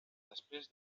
després